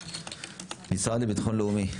המשרד לבטחון לאומי.